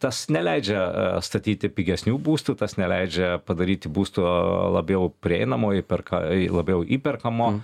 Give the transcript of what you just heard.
tas neleidžia statyti pigesnių būstų tas neleidžia padaryti būsto labiau prieinamo įperka į labiau įperkamo